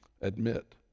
admit